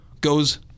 goes